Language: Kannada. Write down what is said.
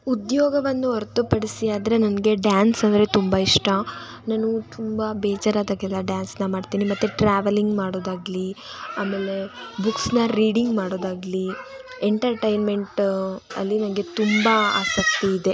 ಉದ್ಯೋಗವನ್ನು ಹೊರ್ತುಪಡಿಸಿ ಅಂದರೆ ನನಗೆ ಡ್ಯಾನ್ಸ್ ಅಂದರೆ ತುಂಬ ಇಷ್ಟ ನಾನು ತುಂಬ ಬೇಜಾರಾದಾಗೆಲ್ಲ ಡ್ಯಾನ್ಸನ್ನ ಮಾಡ್ತೀನಿ ಮತ್ತು ಟ್ರಾವೆಲಿಂಗ್ ಮಾಡೋದಾಗಲಿ ಆಮೇಲೆ ಬುಕ್ಸನ್ನ ರೀಡಿಂಗ್ ಮಾಡೋದಾಗಲಿ ಎಂಟರ್ಟೈನ್ಮೆಂಟಲ್ಲಿ ನನಗೆ ತುಂಬ ಆಸಕ್ತಿ ಇದೆ